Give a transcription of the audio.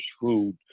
food